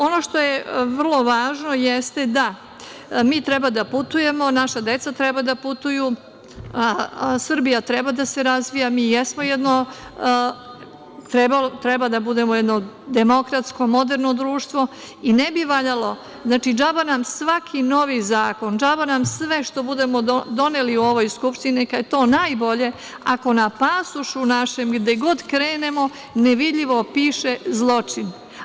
Ono što je vrlo važno jeste da mi treba da putujemo, naša deca treba da putuju, Srbija treba da se razvija, mi jesmo i treba da budemo jedno demokratsko, moderno društvo i ne bi valjalo, znači, džaba nam svaki novi zakon, džaba nam sve što budemo doneli u ovoj Skupštini, neka je to i najbolje, ako na pasošu našem, gde god krenemo, nevidljivo piše - zločin.